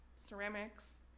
ceramics